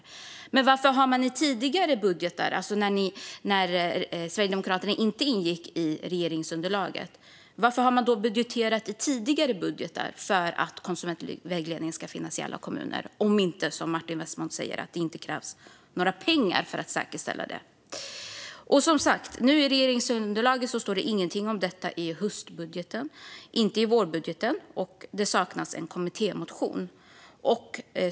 Men om det inte krävs några pengar för att säkerställa detta, varför har man då tidigare, alltså när Sverigedemokraterna inte ingick i något regeringsunderlag, budgeterat för att konsumentvägledning ska finnas i alla kommuner? Som sagt, när man nu ingår i regeringsunderlaget står det ingenting om detta i höstbudgeten och inte heller i vårbudgeten. Även kommittémotionen saknas.